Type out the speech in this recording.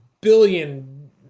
billion